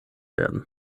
werden